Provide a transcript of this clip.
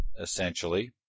essentially